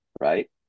right